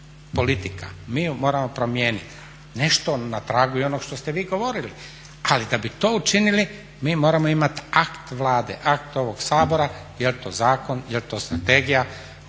politika, mi je moramo promijeniti, nešto na tragu i onog što ste vi govorili. Ali da bi to učinili mi moramo imati akt Vlade, akt ovog Sabora. Jel' to zakon, jel' to strategija u kojem